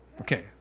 Okay